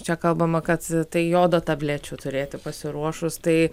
čia kalbama kad tai jodo tablečių turėti pasiruošus tai